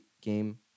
game